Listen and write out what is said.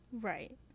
Right